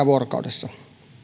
vuorokaudessa